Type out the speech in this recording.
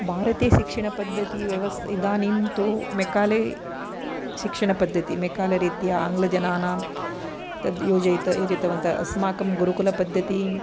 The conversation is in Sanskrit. भारतीयशिक्षणपद्धती इदानीं तु मेकाले शिक्षणपद्दति मेकाले रूत्या आङ्ग्लजनानां तद् योजयित योजितवन्तः अस्माकं गुरुकुलपद्दती